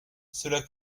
cela